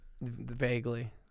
Vaguely